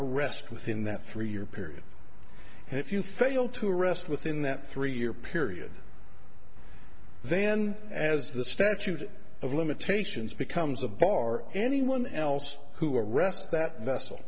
arrest within that three year period and if you fail to arrest within that three year period then as the statute of limitations becomes a bar anyone else who arrests that nes